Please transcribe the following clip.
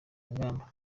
ingamba